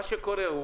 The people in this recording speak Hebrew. מה שקורה הוא